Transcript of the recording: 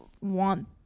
want